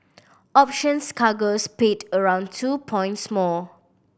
options cargoes paid around two points more